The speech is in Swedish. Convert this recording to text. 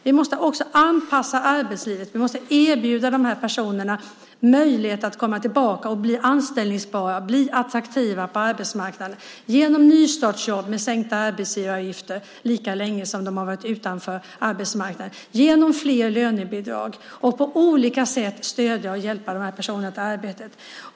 Vi måste också anpassa arbetslivet, erbjuda dessa personer möjlighet att komma tillbaka, bli anställningsbara och attraktiva på arbetsmarknaden, genom nystartsjobb med sänkta arbetsgivaravgifter lika länge som de har varit utanför arbetsmarknaden och genom fler lönebidrag. Vi måste på olika sätt stödja och hjälpa dessa personer till arbete.